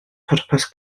pwrpas